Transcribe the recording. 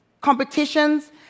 competitions